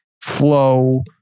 flow